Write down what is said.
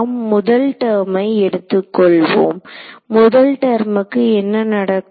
நாம் முதல் டெர்மை எடுத்துக்கொள்வோம் முதல் டெர்முக்கு என்ன நடக்கும்